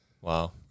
Wow